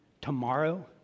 tomorrow